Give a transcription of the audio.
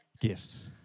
gifts